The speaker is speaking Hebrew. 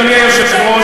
אדוני היושב-ראש,